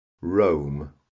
Rome